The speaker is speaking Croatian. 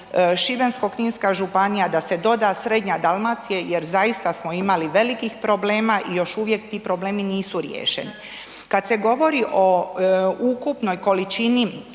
Šibensko-kninska županija, da se doda srednja Dalmacija, jer zaista smo imali velikih problema i još uvijek ti problemi nisu riješeni. Kad se govori o ukupnoj količini